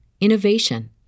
innovation